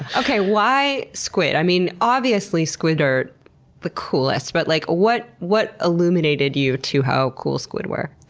okay, why squid? i mean, obviously squid are the coolest, but like what what illuminated you to how cool squid were?